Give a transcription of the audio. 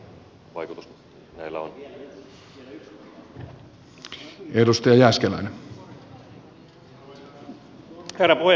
arvoisa herra puhemies